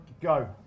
go